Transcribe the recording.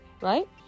right